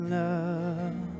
love